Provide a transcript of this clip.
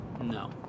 No